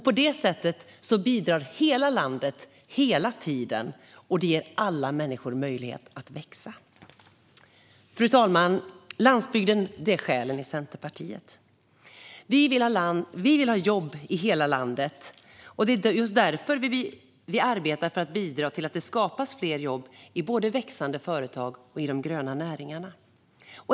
På det sättet bidrar hela landet hela tiden, och det ger alla människor möjlighet att växa. Fru talman! Landsbygden är själen i Centerpartiet. Vi vill ha jobb i hela landet. Det är just därför vi arbetar för att bidra till att det skapas fler jobb både i växande företag och i de gröna näringarna.